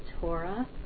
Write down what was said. Torah